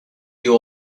you